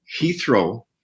Heathrow